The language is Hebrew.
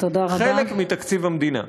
חלק מתקציב המדינה.